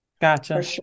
Gotcha